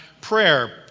prayer